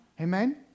Amen